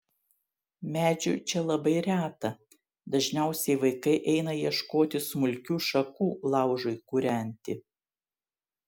medžių čia labai reta dažniausiai vaikai eina ieškoti smulkių šakų laužui kūrenti